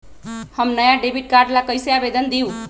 हम नया debit card ला कईसे आवेदन दिउ?